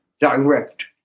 direct